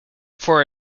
for